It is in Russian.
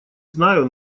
знаю